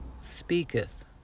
speaketh